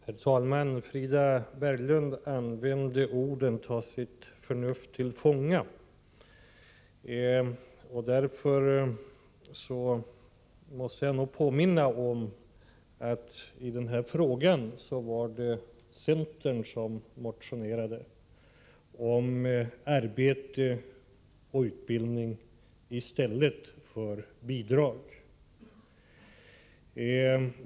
Herr talman! Frida Berglund använde uttrycket ”ta sitt förnuft till fånga”. Jag måste påminna henne om att det var centern som motionerade om behovet av arbete och utbildning i stället för bidrag.